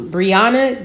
Brianna